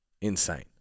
insane